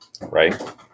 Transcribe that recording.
Right